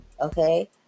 Okay